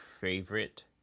favorite